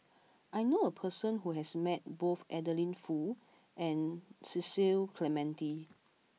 I knew a person who has met both Adeline Foo and Cecil Clementi